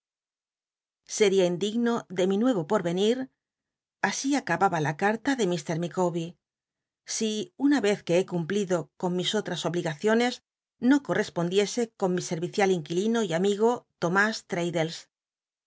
cria indigno de mi nue o por enir así acababa la carla de ir llicawbcr i una vez ue he cumplido con mb otras obligaciones no corrcspondicse con mi senicial inquilino y amigo tomas